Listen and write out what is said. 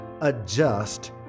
adjust